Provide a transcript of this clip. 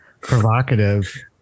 provocative